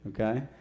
okay